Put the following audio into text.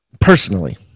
personally